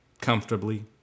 Comfortably